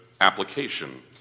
application